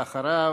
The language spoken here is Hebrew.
ואחריו,